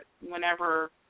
whenever